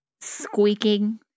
squeaking